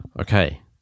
Okay